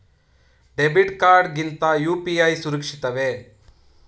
Debit card ಗಿಂತ UPI ಸುರಕ್ಷಿತವೇ?